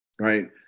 right